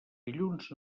dilluns